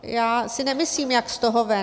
Já si nemyslím jak z toho ven.